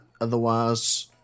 otherwise